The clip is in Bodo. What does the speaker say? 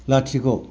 लाथिख'